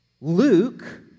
Luke